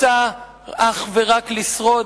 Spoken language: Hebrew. רוצה אך ורק לשרוד,